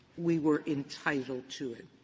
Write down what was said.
we were entitled to it.